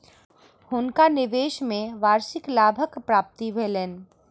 हुनका निवेश में वार्षिक लाभक प्राप्ति भेलैन